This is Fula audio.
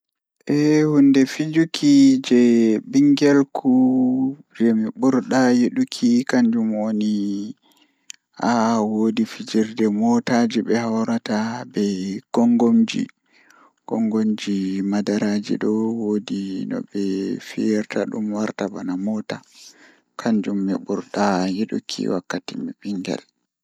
Eh hunde fijuki jei bingel jei mi burdaa yiduki kanjum woni haa wodi fijide mootaaji jei be hawrata be gongonji madaraaji do woodi nobe fiyirta dum warta bvana moota kanjum mi burdaa yiduki, Wakkati mi bingel.